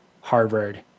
Harvard